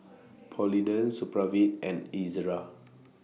Polident Supravit and Ezerra